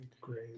great